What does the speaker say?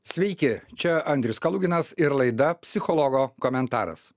sveiki čia andrius kaluginas ir laida psichologo komentaras